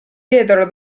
diedero